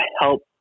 help